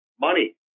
money